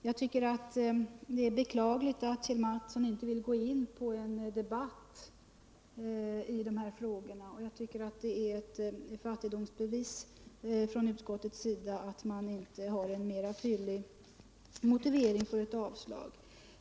Jag tycker att det är beklagligt aut Kjell Mattsson inte vill gå in i en debatt om de här frågorna, och det är ett fattigdomsbevis från utskottets sida att man inte har en mer fyllig motivering för ct avslag.